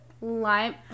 lime